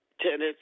tenants